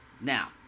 Now